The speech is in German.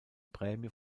prämie